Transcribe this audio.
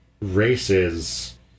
races